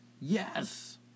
Yes